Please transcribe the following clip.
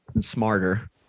smarter